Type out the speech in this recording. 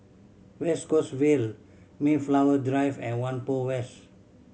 West Coast Vale Mayflower Drive and Whampoa West